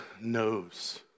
knows